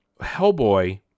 Hellboy